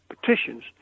petitions